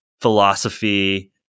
philosophy